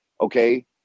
okay